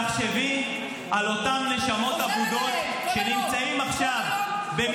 תחשבי על אותן נשמות אבודות שנמצאות עכשיו -- אני חושבת עליהן,